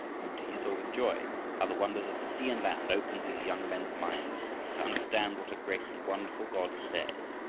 and he saw with joy how the wonders of the sea and land opened these young men's minds to understand what a great and wonderful god was theirs,